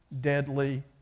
deadly